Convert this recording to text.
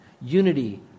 Unity